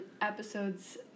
episodes